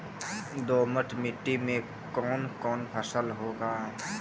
दोमट मिट्टी मे कौन कौन फसल होगा?